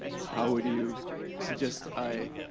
how would you suggest i